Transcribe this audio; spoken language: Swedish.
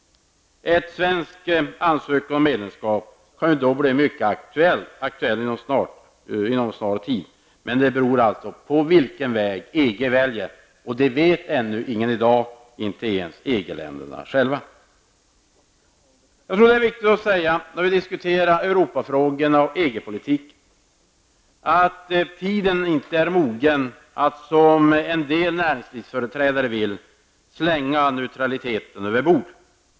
En svensk ansökan om medlemskap kan då bli aktuell mycket snart, men det beror alltså på vilken väg EG väljer, och det vet ingen i dag, inte ens EG länderna själva. Jag tror att det är viktigt att säga, när vi diskuterar Europafrågorna och EG-politiken, att tiden inte är mogen att, som en del näringslivsföreträdare vill, slänga neutraliteten över bord.